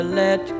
let